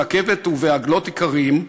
ברכבת ובעגלות איכרים,